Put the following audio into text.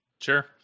Sure